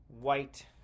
white